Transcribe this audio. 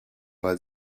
weil